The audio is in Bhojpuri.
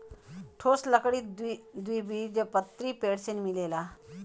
ठोस लकड़ी द्विबीजपत्री पेड़ से मिलेला